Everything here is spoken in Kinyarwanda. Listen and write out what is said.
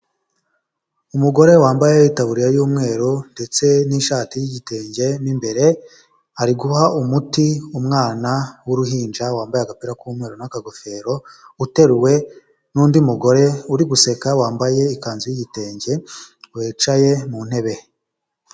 Umugore wambaye itaburiya y'umweru ndetse n'ishati y'igitenge mo imbere, ari guha umuti umwana w'uruhinja wambaye agapira k'umweru n'akagofero, uteruwe n'undi mugore uri guseka wambaye ikanzu y'igitenge wicaye mu ntebe.